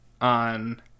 on